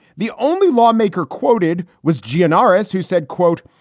the only lawmaker quoted was janoris who said, quote,